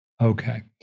Okay